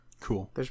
Cool